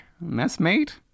Messmate